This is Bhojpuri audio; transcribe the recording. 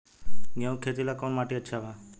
गेहूं के खेती ला कौन माटी अच्छा बा?